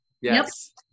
Yes